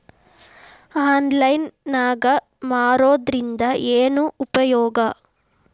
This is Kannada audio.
ಆನ್ಲೈನ್ ನಾಗ್ ಮಾರೋದ್ರಿಂದ ಏನು ಉಪಯೋಗ?